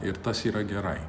ir tas yra gerai